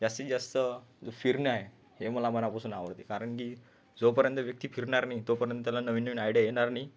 जास्तीत जास्त फिरणं आहे हे मला मनापासून आवडते कारण की जोपर्यंत व्यक्ती फिरणार नाही तोपर्यंत त्याला नवीननवीन आयडिया येणार नाही